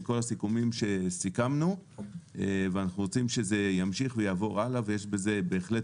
עם כל הסיכומים שסיכמנו ואנחנו רוצים שזה ימשיך ויעבור הלאה ויש בזה בהחלט